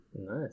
nice